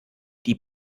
die